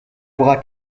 bras